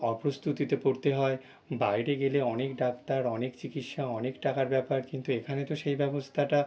অপ্রস্তুতিতে পড়তে হয় বাইরে গেলে অনেক ডাক্তার অনেক চিকিৎসা অনেক টাকার ব্যাপার কিন্তু এখানে তো সেই ব্যবস্থাটা